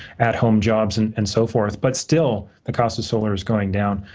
at-home jobs and and so forth. but, still, the cost of solar is going down.